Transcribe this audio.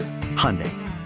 Hyundai